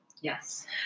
Yes